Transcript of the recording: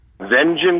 Vengeance